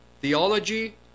theology